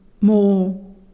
more